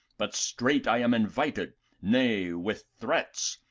but straight i am invited nay, with threats,